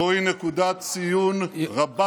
זוהי נקודת ציון רבת משמעות.